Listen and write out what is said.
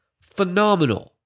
phenomenal